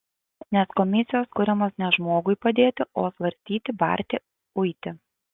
nes komisijos kuriamos ne žmogui padėti o svarstyti barti uiti